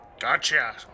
gotcha